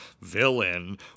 villain